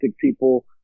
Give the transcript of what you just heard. people